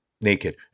naked